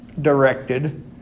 Directed